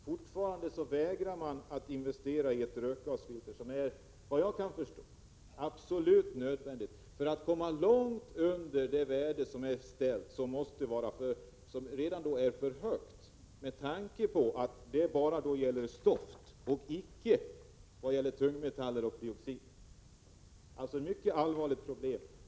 Fortfarande vägrar man att investera i ett rökgasfilter som, såvitt jag förstår, är absolut nödvändigt för att komma långt under det värde som bestämts och som även det är för högt med tanke på att det endast gäller stoft och icke tungmetaller och dioxiner. Det är alltså ett mycket allvarligt problem.